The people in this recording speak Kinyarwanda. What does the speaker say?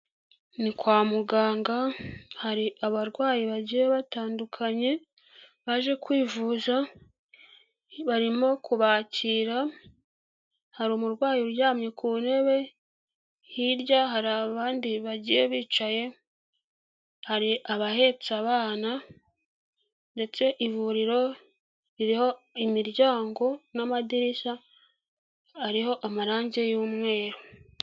Ni kwa muganga, hari abarwayi bagiye batandukanye baje kwivuja barimo kubakira hari umurwayi uryamye ku ntebe, hirya hari abandi bagiye bicaye, hari abahetse abana ndetse ivuriro ririho imiryango n'amadirishya ariho amarangi y'umweru.